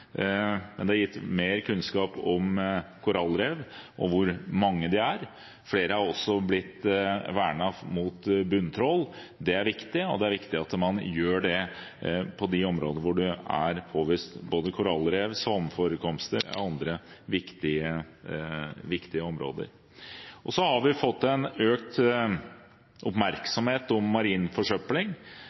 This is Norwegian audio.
Det har gitt mer kunnskap om korallrev og hvor mange de er. Flere er også blitt vernet mot bunntrål. Det er viktig, og det er viktig at man gjør det i de områdene der det er påvist både korallrev og svampforekomster, og andre viktige områder. Så har vi fått en økt oppmerksomhet om marin forsøpling.